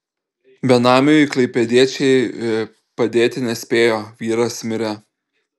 benamiui klaipėdiečiai padėti nespėjo vyras mirė